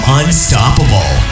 unstoppable